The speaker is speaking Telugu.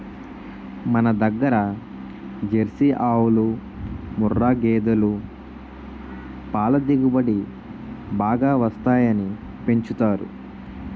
మనదగ్గర జెర్సీ ఆవులు, ముఱ్ఱా గేదులు పల దిగుబడి బాగా వస్తాయని పెంచుతారు